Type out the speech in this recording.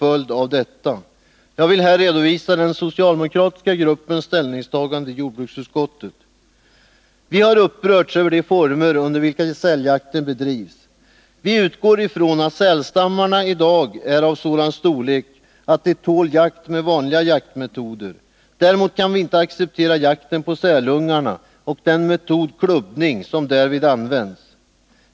26 november 1981 Jag vill här redovisa den socialdemokratiska gruppens ställningstagande i jordbruksutskottet. Vi har upprörts över de former under vilka säljakten bedrivs. Vi utgår ifrån att sälstammarna i dag är av sådan storlek att de tål jakt med vanliga jaktmetoder. Däremot kan vi inte acceptera jakten på sälungarna och den metod — klubbning — som därvid används.